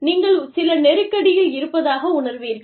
நீங்கள் சில நெருக்கடியில் இருப்பதாக உணர்வீர்கள்